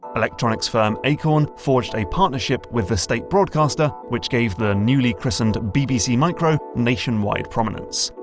electronics firm acorn forged a partnership with the state broadcaster, which gave the newly christened bbc micro nationwide prominence.